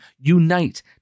unite